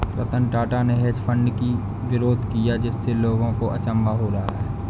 रतन टाटा ने hedge fund की विरोध किया जिससे लोगों को अचंभा हो रहा है